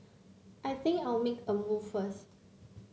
I think I'll make a move first